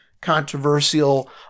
controversial